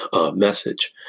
message